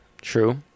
true